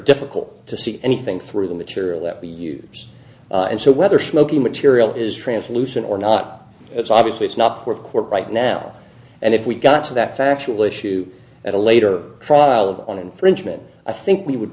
difficult to see anything through the material that we use and so whether smoking material is translucent or not it's obviously it's not for a court right now and if we got to that factual issue at a later trial of on infringement i think we would